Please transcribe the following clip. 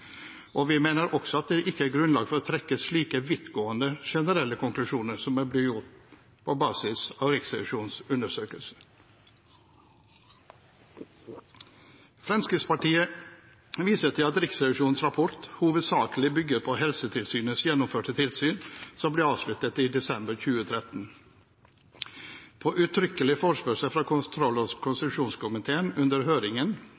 og vi mener også at det ikke er grunnlag for å trekke slike vidtgående generelle konklusjoner som er blitt gjort på basis av Riksrevisjonens undersøkelser. Fremskrittspartiet viser til at Riksrevisjonens rapport hovedsakelig bygger på Helsetilsynets gjennomførte tilsyn, som ble avsluttet i desember 2013. På uttrykkelig forespørsel fra kontroll- og konstitusjonskomiteen under høringen